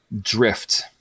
drift